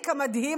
המדהים,